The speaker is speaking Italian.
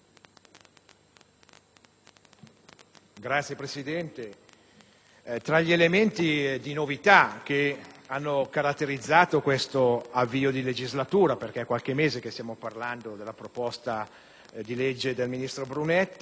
Signor Presidente, fra gli elementi di novità che hanno caratterizzato questo avvio di legislatura - visto che è qualche mese che stiamo parlando della proposta del ministro Brunetta